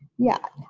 yeah,